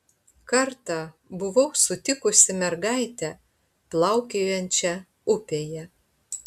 kartą buvau sutikusi mergaitę plaukiojančią upėje